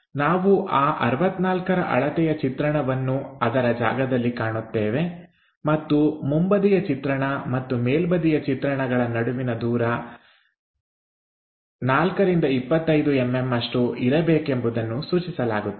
ನಾವು ಆ 64 ರ ಅಳತೆಯ ಚಿತ್ರಣವನ್ನು ಅದರ ಜಾಗದಲ್ಲಿ ಕಾಣುತ್ತೇವೆ ಮತ್ತು ಮುಂಬದಿಯ ಚಿತ್ರಣ ಮತ್ತು ಮೇಲ್ಬದಿಯ ಚಿತ್ರಣಗಳ ನಡುವಿನ ದೂರ 25 4 ಎಂಎಂ ಅಷ್ಟು ಇರಬೇಕೆಂಬುದನ್ನು ಸೂಚಿಸಲಾಗುತ್ತದೆ